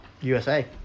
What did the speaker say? USA